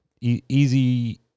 easy